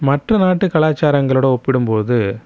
மற்ற நாட்டு கலாச்சாரங்களோடு ஒப்பிடும் போது